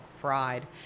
fried